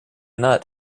nut